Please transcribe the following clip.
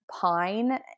pine